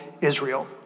Israel